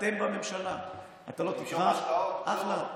למשוך השקעות, לא, אחלה.